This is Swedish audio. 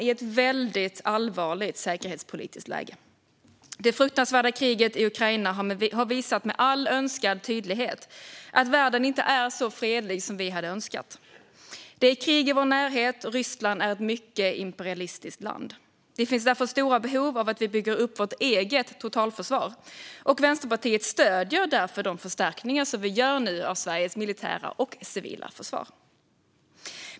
Vi lever i ett mycket allvarligt säkerhetspolitiskt läge. Det fruktansvärda kriget i Ukraina har visat med all önskvärd tydlighet att världen inte är så fredlig som vi hade önskat. Det är krig i vår närhet, och Ryssland är ett tydligt imperialistiskt land. Det finns därför stora behov av att vi bygger upp vårt eget totalförsvar, och Vänsterpartiet stöder därför de förstärkningar som görs av Sveriges militära och civila försvar.